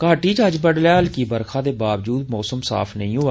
घाटी च अज्ज बड़लै हल्की बरखा दे बावजूद मौसम साफ नेई होआ